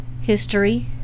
history